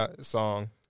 song